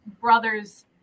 brother's